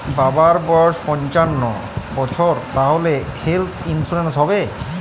বাবার বয়স পঞ্চান্ন বছর তাহলে হেল্থ ইন্সুরেন্স হবে?